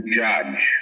judge